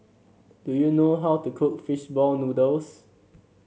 do you know how to cook fish ball noodles